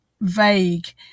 vague